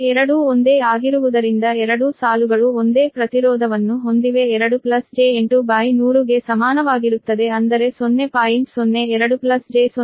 ಎರಡೂ ಒಂದೇ ಆಗಿರುವುದರಿಂದ ಎರಡೂ ಸಾಲುಗಳು ಒಂದೇ ಪ್ರತಿರೋಧವನ್ನು ಹೊಂದಿವೆ 2 j8100 ಗೆ ಸಮಾನವಾಗಿರುತ್ತದೆ ಅಂದರೆ 0